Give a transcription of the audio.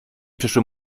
przeszły